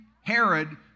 Herod